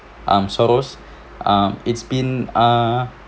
um sorrows um it's been ah